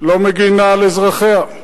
לא מגינה על אזרחיה?